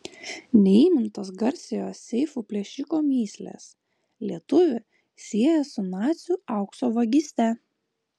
neįmintos garsiojo seifų plėšiko mįslės lietuvį sieja su nacių aukso vagyste